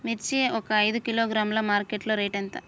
మిర్చి ఒక ఐదు కిలోగ్రాముల మార్కెట్ లో రేటు ఎంత?